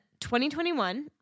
2021